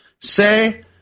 Say